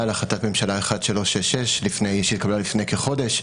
להחלטת ממשלה 1366 שהתקבלה לפני כחודש,